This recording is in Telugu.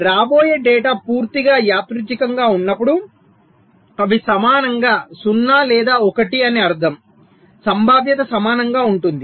రాబోయే డేటా పూర్తిగా యాదృచ్ఛికంగా ఉన్నప్పుడు అవి సమానంగా 0 లేదా 1 అని అర్ధం సంభావ్యత సమానంగా ఉంటుంది